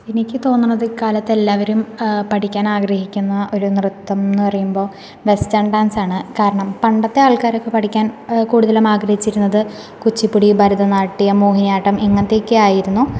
എനിക്ക് തോന്നണത് ഇക്കാലത്ത് എല്ലാവരും പഠിക്കാൻ ആഗ്രഹിക്കുന്ന ഒരു നൃത്തം എന്ന് പറയുമ്പോൾ വെസ്റ്റേൺ ഡാൻസാണ് കാരണം പണ്ടത്തെ ആൾക്കാരൊക്കെ പഠിക്കാൻ കൂടുതലും ആഗ്രഹിച്ചിരുന്നത് കുച്ചിപ്പുടി ഭരതനാട്യം മോഹിനിയാട്ടം ഇങ്ങനത്തേയൊക്കെ ആയിരുന്നു